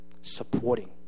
supporting